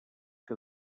que